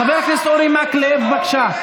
חבר הכנסת אורי מקלב, בבקשה.